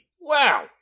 Wow